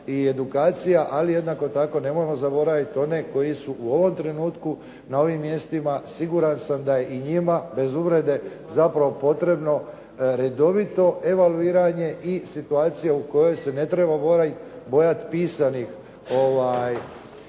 i edukacija ali jednako tako nemojmo zaboraviti one koji su u ovome trenutku na ovim mjestima, siguran sam da i njima bez uvrede, zapravo potrebno redovito evaluiranje i situacija u kojoj se ne treba bojati pisanih